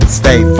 stay